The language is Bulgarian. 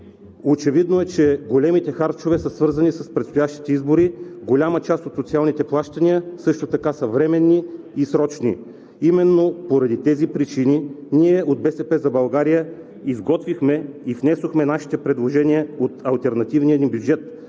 Очевидно е, че големите харчове са свързани с предстоящите избори. Голяма част от социалните плащания също така са временни и срочни. Именно поради тези причини ние от „БСП за България“ изготвихме и внесохме нашите предложения от алтернативния ни бюджет